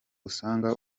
usanga